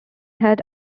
had